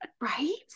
Right